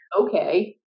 Okay